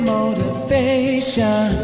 Motivation